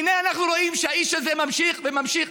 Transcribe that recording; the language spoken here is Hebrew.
הינה אנחנו רואים שהאיש הזה ממשיך וממשיך,